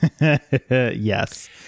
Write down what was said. Yes